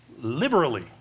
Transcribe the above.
liberally